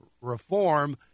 reform